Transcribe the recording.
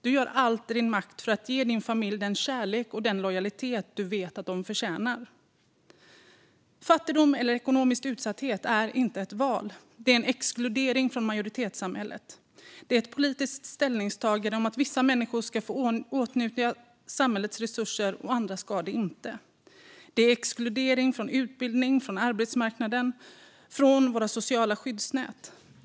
Du gör allt i din makt för att ge din familj den kärlek och den lojalitet du vet att de förtjänar. Fattigdom eller ekonomisk utsatthet är inte ett val. Det är en exkludering från majoritetssamhället. Det är ett politiskt ställningstagande om att vissa människor ska få åtnjuta samhällets resurser medan andra inte ska det. Det är exkludering från utbildning, från arbetsmarknaden, från våra sociala skyddsnät.